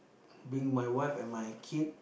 bring my wife and my kid